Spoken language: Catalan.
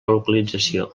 localització